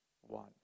one